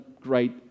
great